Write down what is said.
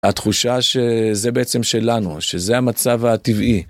התחושה שזה בעצם שלנו, שזה המצב הטבעי.